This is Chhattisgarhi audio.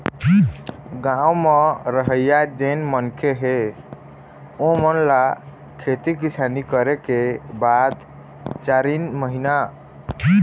गाँव म रहइया जेन मनखे हे ओेमन ल खेती किसानी करे के बाद चारिन महिना